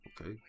Okay